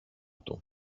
του